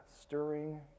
stirring